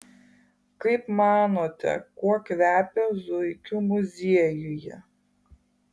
kaip manote kuo kvepia zuikių muziejuje